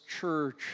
church